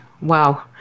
Wow